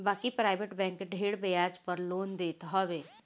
बाकी private bank ढेर बियाज पअ लोन देत हवे